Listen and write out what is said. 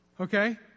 Okay